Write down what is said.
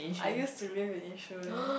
I used to live in Yishun